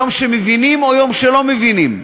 יום שמבינים או יום שלא מבינים,